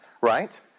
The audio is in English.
right